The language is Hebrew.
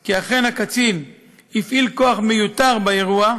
כי אכן הקצין הפעיל כוח מיותר באירוע,